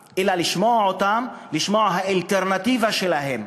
אותם, אלא לשמוע אותם, לשמוע את האלטרנטיבה שלהם,